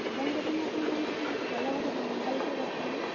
mobile ଦୋକାନ ଆପଣଙ୍କର ତ ସବୁଠୁ ଭଲ ଭଲ ମୋବାଇଲ ସବୁ ରଖିଛନ୍ତି